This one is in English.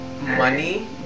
money